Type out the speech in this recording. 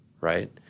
right